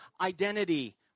identity